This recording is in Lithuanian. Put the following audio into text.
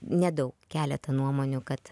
nedaug keletą nuomonių kad